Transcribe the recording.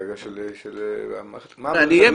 שאנחנו עוזרים להכשיר אותו כדי להיות